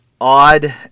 odd